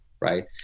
right